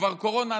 קורונה,